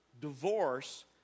Divorce